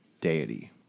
deity